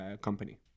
company